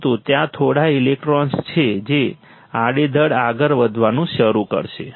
પરંતુ ત્યાં થોડા ઇલેક્ટ્રોન છે જે આડેધડ આગળ વધવાનું શરૂ કરશે